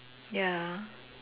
ya